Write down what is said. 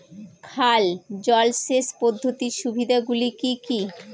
খাল জলসেচ পদ্ধতির সুবিধাগুলি কি কি?